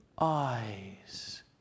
eyes